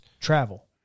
travel